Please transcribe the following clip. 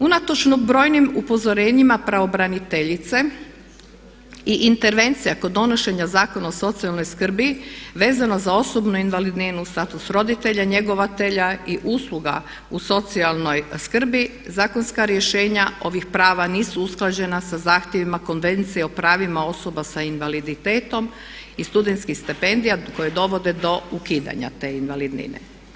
Unatoč brojnim upozorenjima pravobraniteljice i intervencija kod donošenja Zakona o socijalnoj skrbi vezano za osobnu invalidninu uz status roditelja njegovatelja i usluga u socijalnoj skrbi zakonska rješenja ovih prava nisu usklađena sa zahtjevima Konvencije o pravima osoba s invaliditetom i studentskih stipendija koje dovode do ukidanja te invalidnine.